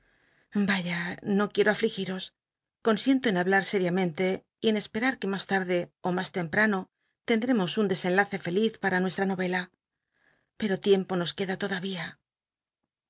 vaya no quiero alligiros consiento en hablat sériamcntc y en esperar que mas tarde ó mas temprano tendremos im desenlace feliz pam nuestra novela pero tiempo nos jucda toda